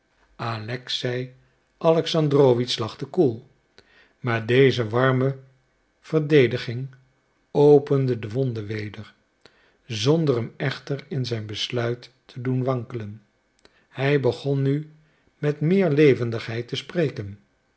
alexei alexandrowitsch lachte koel maar deze warme verdediging opende de wonde weder zonder hem echter in zijn besluit te doen wankelen hij begon nu met meer levendigheid te spreken